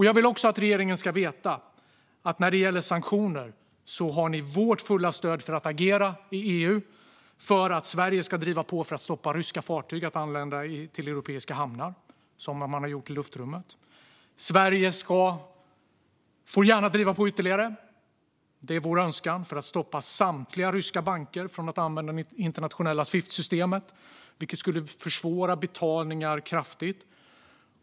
Jag vill också att regeringen ska veta att när det gäller sanktioner har ni vårt fulla stöd för att agera i EU, för att Sverige ska driva på för att stoppa ryska fartyg från att anlända till europeiska hamnar, som man har gjort när det gäller luftrummen. Sverige får gärna driva på ytterligare - det är vår önskan - för att stoppa samtliga ryska banker från att använda det internationella Swiftsystemet, vilket skulle försvåra betalningar kraftigt.